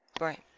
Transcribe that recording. Right